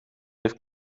heeft